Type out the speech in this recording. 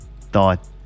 thought